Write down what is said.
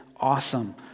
awesome